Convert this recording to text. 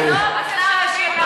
זו הפרובוקציה.